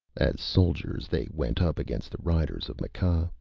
as soldiers they went up against the riders of mekh,